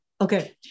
Okay